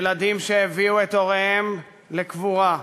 ילדים שהביאו את הוריהם לקבורה,